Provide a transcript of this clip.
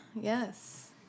yes